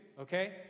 okay